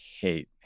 hate